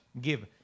give